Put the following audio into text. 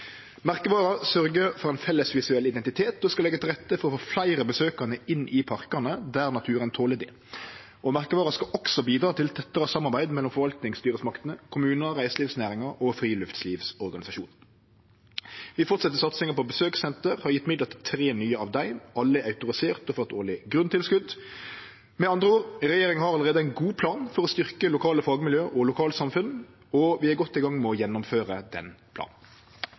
for ein felles visuell identitet og skal leggje til rette for å få fleire besøkjande inn i parkane der naturen toler det. Merkevara skal også bidra til tettare samarbeid mellom forvaltingsstyresmaktene, kommunane og reiselivsnæringa og friluftslivsorganisasjonar. Vi fortset satsinga på besøkssenter og har gjeve midlar til tre nye av dei, alle autoriserte, som får eit årleg grunntilskot. Med andre ord: Regjeringa har allereie ein god plan for å styrkje lokale fagmiljø og lokalsamfunn, og vi er godt i gang med å gjennomføre den planen.